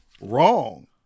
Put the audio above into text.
wrong